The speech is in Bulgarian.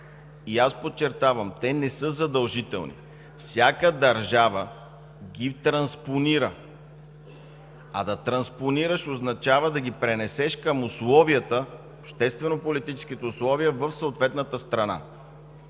Аз подчертавам: те не са задължителни! Всяка държава ги транспонира, а да транспонираш, означава да ги пренесеш към условията – обществено-политическите условия, в съответната страна.